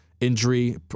injury